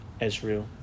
Israel